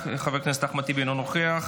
חברת הכנסת גלית דיסטל אטבריאן, אינה נוכחת,